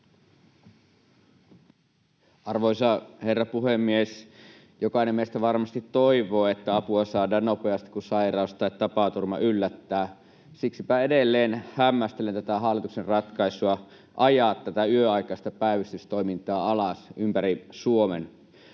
Arvoisa herra puhemies! Jokainen meistä varmasti toivoo, että apua saadaan nopeasti, kun sairaus tai tapaturma yllättää. Siksipä edelleen hämmästelen tätä hallituksen ratkaisua ajaa yöaikaista päivystystoimintaa alas ympäri Suomen.